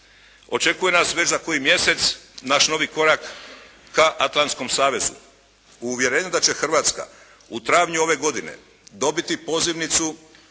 Očekuje nas već za koji mjesec naš novi korak ka Atlanskom savezu. U uvjerenju da će Hrvatska u travnju ove godine dobiti pozivnicu